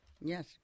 Yes